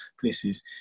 places